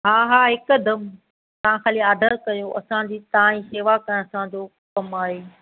हा हा हिकदमि तव्हां खाली ऑडर कयो असांजी तव्हां जी शेवा करणु असांजो कमु आहे